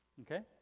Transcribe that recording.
okay.